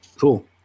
Cool